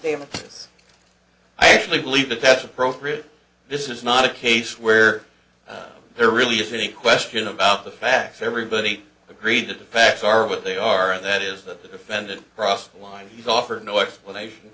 famous i actually believe the best appropriate this is not a case where there really isn't any question about the facts everybody agreed that the facts are what they are and that is that the defendant crossed the line he offered no explanation